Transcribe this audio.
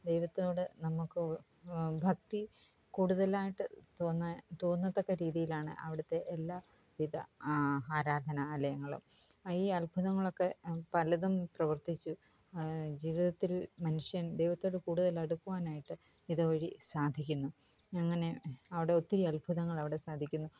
ദൈവത്തോട് നമുക്ക് ഭക്തി കൂടുതലായിട്ട് തോന്നാന് തോന്നത്തക്ക രീതിയിലാണ് അവിടുത്തെ എല്ലാ വിധ ആ ആരാധനാലയങ്ങളും ഈ അത്ഭുതങ്ങള് ഒക്കെ പലതും പ്രവര്ത്തിച്ച് ജീവിതത്തില് മനുഷ്യന് ദൈവത്തോട് കൂടുതൽ അടുക്കുവാനായിട്ട് ഇത് വഴി സാധിക്കുന്നു അങ്ങനെ അവിടെ ഒത്തിരി അത്ഭുതങ്ങള് അവിടെ സാധിക്കുന്നു